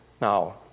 Now